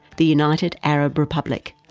the united arab republic.